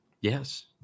Yes